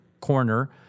corner